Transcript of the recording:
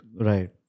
Right